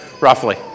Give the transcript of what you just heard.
roughly